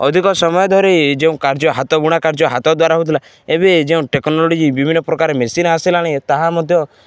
ଅଧିକ ସମୟ ଧରି ଯେଉଁ କାର୍ଯ୍ୟ ହାତ ବୁଣା କାର୍ଯ୍ୟ ହାତ ଦ୍ୱାରା ହଉଥିଲା ଏବେ ଯେଉଁ ଟେକ୍ନୋଲୋଜି ବିଭିନ୍ନ ପ୍ରକାର ମେସିନ୍ ଆସିଲାଣି ତାହା ମଧ୍ୟ